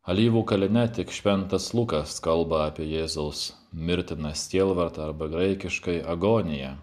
alyvų kalne tik šventas lukas kalba apie jėzaus mirtiną sielvartą arba graikiškai agoniją